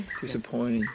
Disappointing